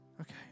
Okay